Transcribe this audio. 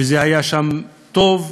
וזה היה שם טוב.